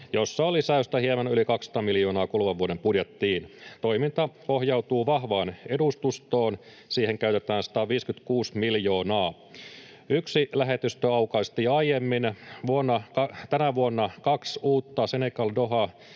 jossa on hieman yli 200 miljoonaa lisäystä kuluvan vuoden budjettiin. Toiminta pohjautuu vahvaan edustustoon. Siihen käytetään 156 miljoonaa. Yksi lähetystö aukaistiin aiemmin, tänä vuonna kaksi uutta, Senegal, Doha,